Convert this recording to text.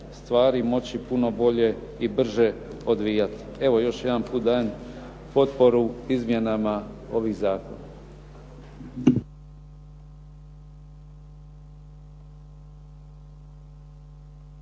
stvari moći puno bolje i brže odvijati. Evo još jedan puta dajem potporu izmjenama ovih zakona.